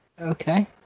okay